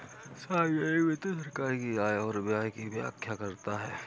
सार्वजिक वित्त सरकार की आय और व्यय की व्याख्या करता है